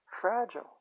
fragile